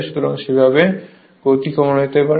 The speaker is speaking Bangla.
সুতরাং সেভাবে গতি কমানো যেতে পারে